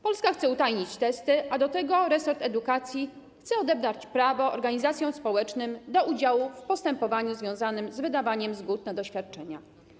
Polska chce utajnić testy, a do tego resort edukacji chce odebrać prawo organizacjom społecznym do udziału w postępowaniu związanym z wydawaniem zgód na doświadczenia.